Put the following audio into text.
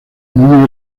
una